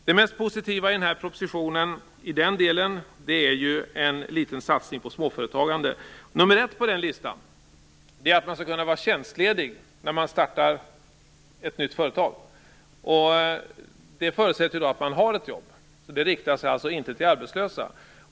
Det mest positiva i den här propositionen i den delen är en liten satsning på småföretagande. Nummer ett på den listan är att man skall kunna vara tjänstledig när man startar ett nytt företag. Det förutsätter att man har ett jobb, så det riktar sig alltså inte till de arbetslösa.